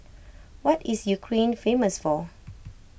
what is Ukraine famous for